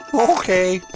okay.